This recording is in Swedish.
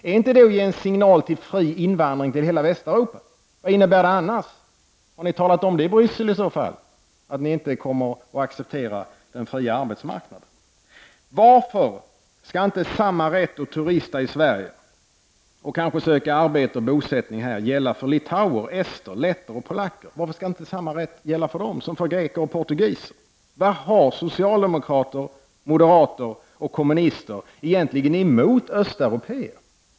Är inte det att ge en signal till fri invandring till hela Västeuropa? Vad innebär det annars? Har ni i så fall talat om i Bryssel att ni inte kommer att acceptera den fria arbetsmarknaden? Varför skall inte samma rätt att turista i Sverige, och kanske söka arbete och bosättning här, gälla för litauer, ester, letter och polacker som för greker och portugiser? Vad har socialdemokrater, moderater och kommunister egentligen emot östeuropéer?